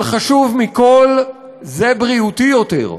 אבל חשוב מכול זה, בריאותי יותר,